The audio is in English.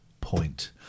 point